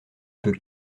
peut